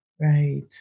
Right